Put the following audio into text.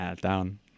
down